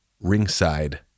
ringside